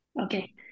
Okay